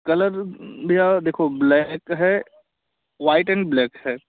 colour भैया देखो black है व्हाइट एंड ब्लैक है